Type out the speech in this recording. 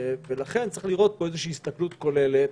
ולכן צריך לראות פה איזושהי הסתכלות כוללת,